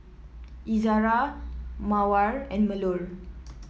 Izara Mawar and Melur